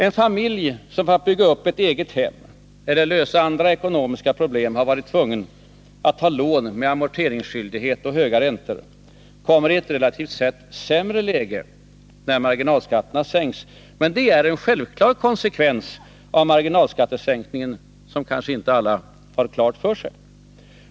En familj som för att bygga upp ett eget hem eller för att lösa andra ekonomiska problem har varit tvungen att ta lån med amorteringsskyldighet och höga räntor kommer i ett relativt sett sämre läge när marginalskatterna sänks. Det är en självklar konsekvens av marginalskattesänkningen som kanske inte alla har klart för sig.